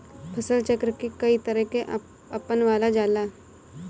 फसल चक्र के कयी तरह के अपनावल जाला?